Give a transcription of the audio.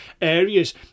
areas